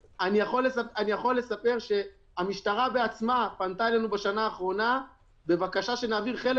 אני יכול לספר שהמשטרה בעצמה פנתה אלינו בשנה האחרונה בבקשה שנעביר חלק